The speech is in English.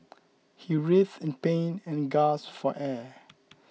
he writhed in pain and gasped for air